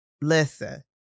listen